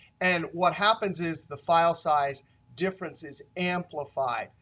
and what happens is the file size difference is amplified.